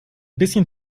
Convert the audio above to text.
bisschen